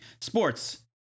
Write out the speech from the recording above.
Sports